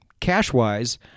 cash-wise